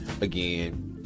Again